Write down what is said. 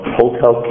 hotel